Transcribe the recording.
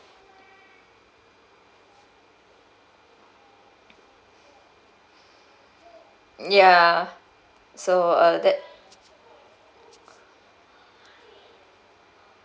ya so uh that